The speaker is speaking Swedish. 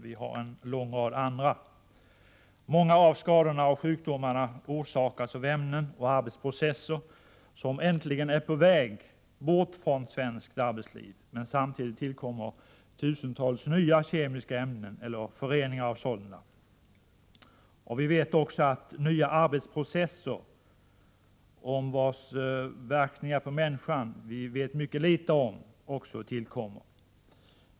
Vi har en lång rad andra. Många av skadorna och sjukdomarna orsakas av ämnen och arbetsprocesser som äntligen är på väg bort från svenskt arbetsliv. Men samtidigt tillkommer tusentals nya kemiska ämnen eller föreningar av sådana, och vi vet också att det tillkommer nya arbetsprocesser om vars verkningar på människan vi vet mycket litet.